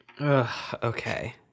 okay